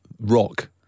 Rock